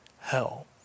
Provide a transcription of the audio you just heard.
hell